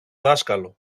δάσκαλο